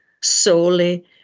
solely